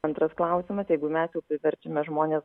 antras klausimas jeigu mes jau priverčiame žmones